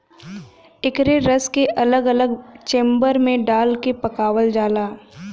एकरे रस के अलग अलग चेम्बर मे डाल के पकावल जाला